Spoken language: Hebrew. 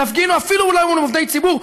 תפגינו אפילו אולי מול עובדי ציבור.